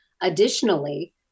Additionally